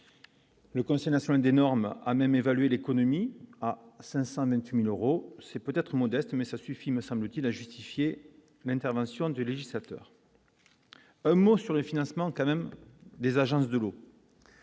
le Conseil national des normes a même évalué l'économie à 500 même cumul Euro c'est peut-être modeste mais ça suffit, me semble-t-il, a justifié l'intervention du législateur, un mot sur le financement quand même des agences de l'eau